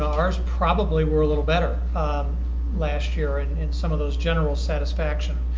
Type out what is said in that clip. ours probably were a little better last year and in some of those general satisfactions